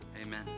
Amen